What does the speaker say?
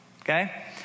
Okay